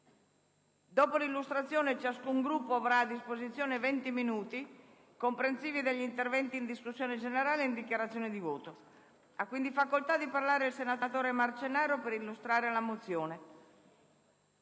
Dopo l'illustrazione, ciascun Gruppo avrà a disposizione 20 minuti, comprensivi degli interventi in discussione e in dichiarazione di voto. Ha facoltà di parlare il senatore Camber per illustrare tale mozione.